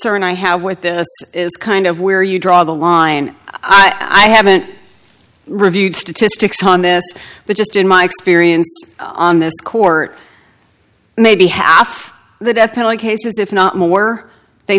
concern i have with this is kind of where you draw the line i haven't reviewed statistics on this but just in my experience on this court maybe half the death penalty cases if not more they